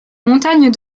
montagne